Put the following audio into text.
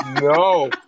no